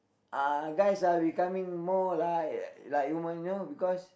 uh guys are becoming more like like women you know because